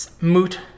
moot